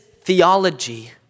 theology